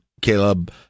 Caleb